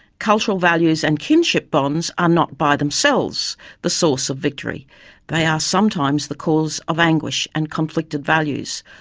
cultural values and kinship bonds are not by themselves the source of victory they are sometimes the cause of anguish and conflicted values,